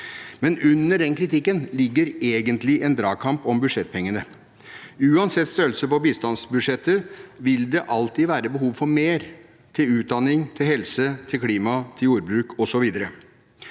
Men under den kritikken ligger egentlig en dragkamp om budsjettpengene. Uansett størrelse på bistandsbudsjettet, vil det alltid være behov for mer til utdanning, helse, klima, jordbruk osv.